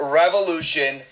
revolution